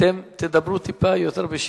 אתם תדברו טיפה יותר בשקט.